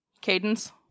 cadence